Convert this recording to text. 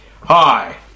Hi